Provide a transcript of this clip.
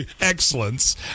excellence